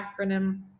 acronym